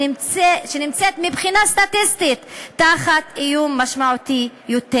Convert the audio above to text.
שנמצאת מבחינה סטטיסטית תחת איום משמעותי יותר.